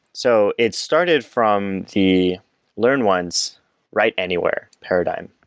so it started from the learn once write anywhere paradigm,